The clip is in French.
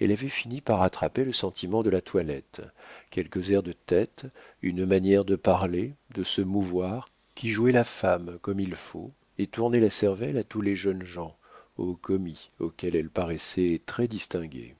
elle avait fini par attraper le sentiment de la toilette quelques airs de tête une manière de parler de se mouvoir qui jouaient la femme comme il faut et tournaient la cervelle à tous les jeunes gens aux commis auxquels elle paraissait très distinguée